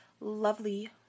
lovely